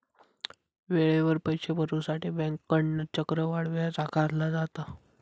वेळेवर पैशे भरुसाठी बँकेकडना चक्रवाढ व्याज आकारला जाता